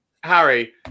Harry